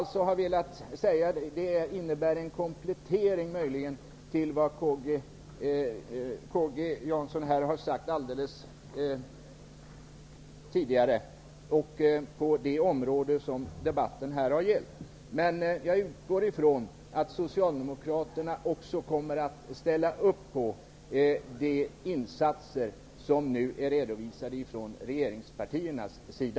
Det som jag har velat peka på är en komplettering till det som K G Jansson tidigare sade i debatten. Jag utgår ifrån att Socialdemokraterna kommer att ställa sig bakom de insatser som nu är redovisade från regeringspartiernas sida.